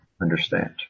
understand